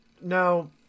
Now